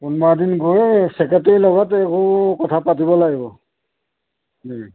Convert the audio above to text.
কোনোবা এদিন গৈ ছেক্ৰেটেৰী লগত এইবোৰ কথা পাতিব লাগিব